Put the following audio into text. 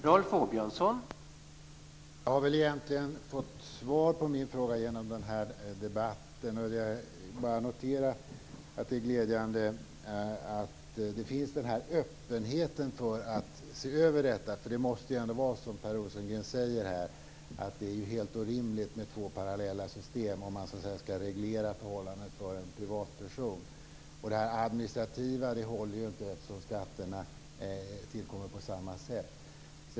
Herr talman! Jag har egentligen fått svar på min fråga genom den här debatten. Jag bara noterar att det är glädjande att det finns en öppenhet för att se över detta. Det måste ändå vara så som Per Rosengren säger, att det är helt orimligt med två parallella system om man skall reglera förhållandet för en privatperson. Detta med det administrativa håller ju inte, eftersom skatterna tillkommer på samma sätt.